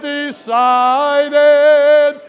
decided